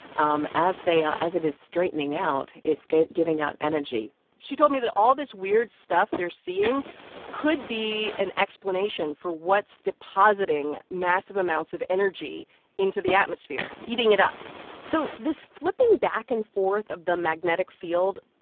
um as they are as it is straightening out, it's giving out energy she told me that all this weird stuff they're seeing could be an explanation for what's depositing massive amounts of energy into the atmosphere, heating it up so this flipping back and forth of the magnetic field,